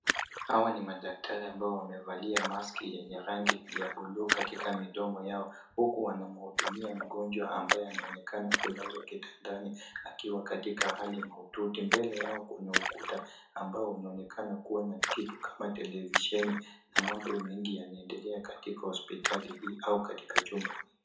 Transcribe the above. Hawa ni madaktari ambao wamevalia maski yenye rangi ya buluu katika midomo yao, huku wanamhudumia mgonjwa ambaye anaonekana kulazwa kitandani akiwa katika hali mahututi, mbele yao kuna ukuta ambao unaonekana kuwa na kitu kama televisheni na mambo mengi yanaendelea katika hospitali hii au katika chumba.